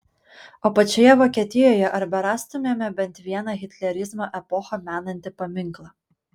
o pačioje vokietijoje ar berastumėme bent vieną hitlerizmo epochą menantį paminklą